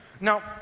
Now